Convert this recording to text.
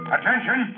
Attention